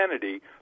Kennedy